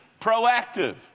proactive